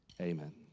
Amen